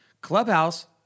Clubhouse